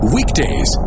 Weekdays